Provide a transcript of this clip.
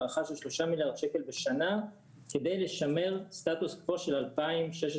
הערכה של 3 מיליארד שקל בשנה כדי לשמר סטטוס קוו של 2016-2017,